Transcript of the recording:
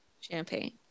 champagne